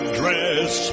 dress